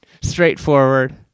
Straightforward